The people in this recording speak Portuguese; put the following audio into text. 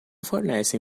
fornecem